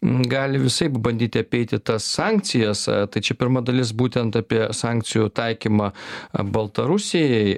gali visaip bandyti apeiti tas sankcijas tai čia pirma dalis būtent apie sankcijų taikymą baltarusijai